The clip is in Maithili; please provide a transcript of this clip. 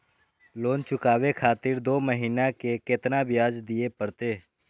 लोन चुकाबे खातिर दो महीना के केतना ब्याज दिये परतें?